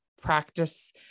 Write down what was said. practice